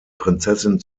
prinzessin